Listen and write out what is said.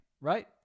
right